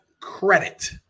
credit